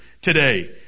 today